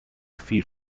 feet